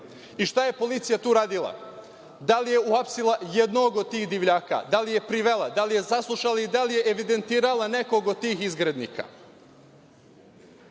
je policija tu uradila? Da li je uhapsila jednog od tih divljaka? Da li je privela? Da li je saslušala i da li je evidentirala nekog od tih izgrednika?